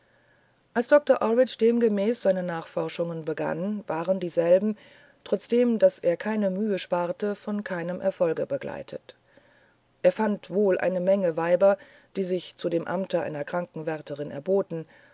als doktor orridge demgemäß seine nachforschungen begann waren dieselben trotzdem daß er keine mühe sparte von keinem erfolge begleitet er fand wohl eine menge weiber die sich zu dem amte einer krankenwärterin erboten